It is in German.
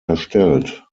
erstellt